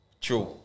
True